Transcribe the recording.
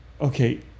okay